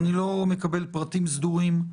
ואני לא מקבל פרטים סדורים.